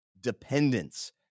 dependence